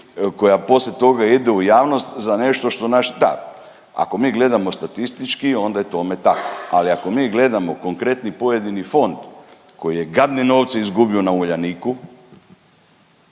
koja poslije toga ide u javnost za nešto što je naš stav. Ako mi gledamo statistički onda je tome tako, ali ako mi gledamo konkretni pojedini fond koji je gadne novce izgubio na Uljaniku,